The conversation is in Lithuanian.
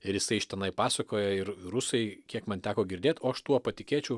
ir jisai iš tenai pasakoja ir rusai kiek man teko girdėt o aš tuo patikėčiau